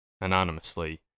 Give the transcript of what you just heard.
anonymously